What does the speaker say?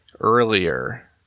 earlier